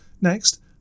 Next